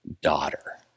daughter